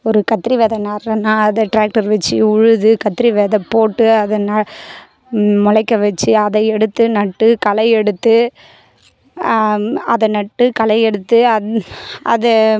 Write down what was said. ஒரு கத்திரி வெதை நடுறன்னா அதை டிராக்டர் வச்சு உழுது கத்திரி வெதை போட்டு அதை முளைக்க வச்சு அதை எடுத்து நட்டு களை எடுத்து அதை நட்டு களை எடுத்து அதை